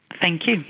thank you.